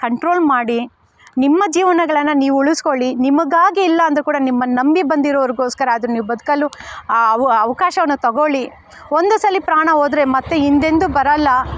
control ಮಾಡಿ ನಿಮ್ಮ ಜೀವನಗಳನ್ನ ನೀವು ಉಳಿಸಿಕೊಳ್ಳಿ ನಿಮಗಾಗಿ ಇಲ್ಲ ಅಂದರೂ ಕೂಡ ನಿಮ್ಮನ್ನ ನಂಬಿ ಬಂದಿರೋರಿಗೋಸ್ಕರ ಆದರೂ ನೀವು ಬದುಕಲು ಅವ ಅವಕಾಶವನ್ನ ತಗೋಳಿ ಒಂದು ಸಲ ಪ್ರಾಣ ಹೋದ್ರೆ ಮತ್ತು ಹಿಂದೆಂದೂ ಬರಲ್ಲ